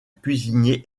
cuisinier